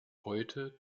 heute